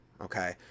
Okay